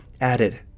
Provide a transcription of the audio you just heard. added